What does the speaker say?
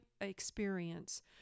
experience